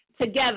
together